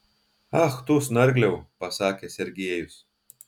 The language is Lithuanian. ach tu snargliau pasakė sergiejus